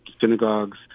synagogues